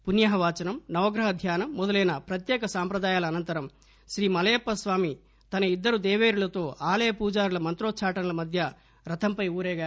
పుణ్యహవచనం నవగ్రహ ధ్యానం మొదలైన ప్రత్యేక సాంప్రదాయాల అనంతరం శ్రీ మలయప్ప స్వామి తన ఇద్దరు దేపేరులతో ఆలయ పూజారుల మంత్రోచ్చాటనల మధ్య రథం పై ఊరేగారు